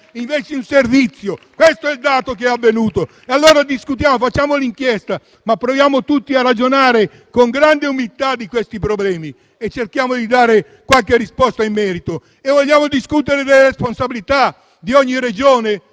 Questo è ciò che è avvenuto. Allora discutiamo, facciamo l'inchiesta, ma proviamo tutti a ragionare con grande umiltà di questi problemi e cerchiamo di dare qualche risposta in merito. Se vogliamo discutere delle responsabilità di ogni Regione,